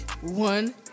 One